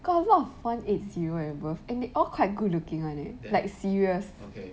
got a lot of one eight zero and above and they all quite good looking [one] eh like serious